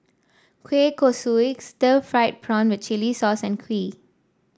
Kueh Kosui Stir Fried Prawn with Chili Sauce and kuih